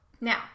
Now